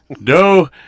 No